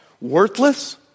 Worthless